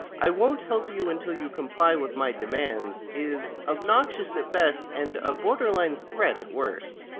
i won't help you until you comply with my demands. is obnoxious at best and a borderline threat at worst.